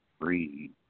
free